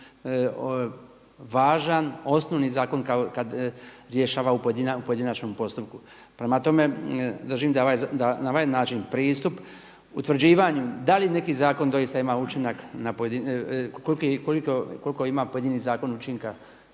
važan, osnovni zakon kao kad rješava u pojedinačnom postupku. Prema tome, držim da na ovaj način pristup utvrđivanju da li neki zakon doista ima učinak, koliko ima pojedini zakon učinka,